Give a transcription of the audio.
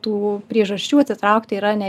tų priežasčių atsitraukti yra ne